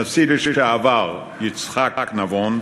הנשיא לשעבר יצחק נבון,